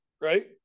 right